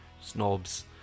snobs